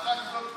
מטרת חוק זה,